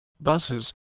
buses